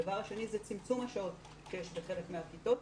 הדבר השני הוא צמצום השעות בחלק מהכיתות.